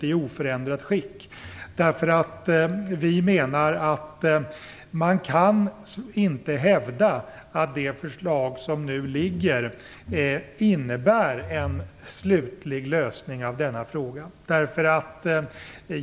Vi menar att man inte kan hävda att det nu liggande förslaget innebär en slutlig lösning av denna fråga.